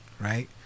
Right